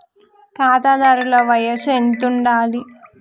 ఖాతాదారుల వయసు ఎంతుండాలి?